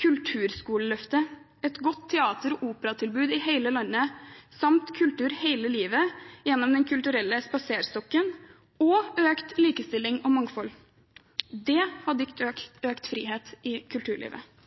Kulturskoleløftet, et godt teater- og operatilbud i hele landet, kultur hele livet gjennom Den kulturelle spaserstokken og økt likestilling og mangfold. Det hadde gitt økt frihet i kulturlivet.